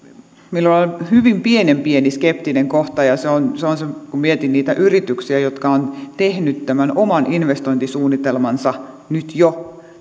minulla on hyvin pienen pieni skeptinen kohta ja se on se kun mietin niitä yrityksiä jotka ovat tehneet tämän oman investointisuunnitelmansa nyt jo